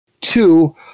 Two